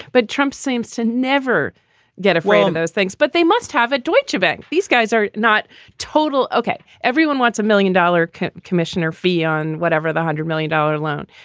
but trump seems to never get afraid of those things. but they must have it. deutschebank, these guys are not total, okay. everyone wants a million dollar commissioner fee on whatever the hundred million dollar loan.